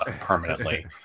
permanently